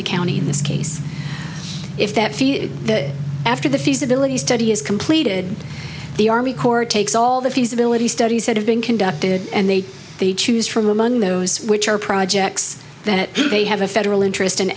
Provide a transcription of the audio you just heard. the county in this case if that feel that after the feasibility study is completed the army corps takes all the feasibility studies that have been conducted and they they choose from among those which are projects that they have a federal interest in